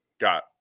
got